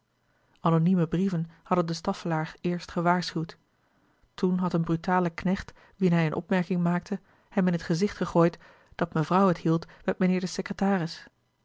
anonieme brieven hadden de staffelaer eerst gewaarschuwd toen had een brutale knecht wien hij een opmerking maakte hem in het gezicht gegooid dat mevrouw het hield met meneer den secretaris